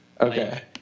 Okay